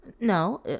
No